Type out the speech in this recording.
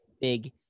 big